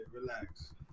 relax